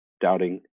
doubting